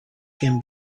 can